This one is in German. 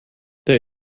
der